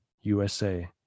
USA